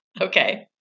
Okay